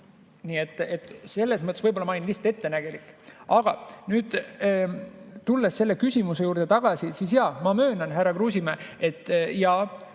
Nii et selles mõttes võib-olla ma olin lihtsalt ettenägelik. Aga tulles teie küsimuse juurde, jah, ma möönan, härra Kruusimäe, et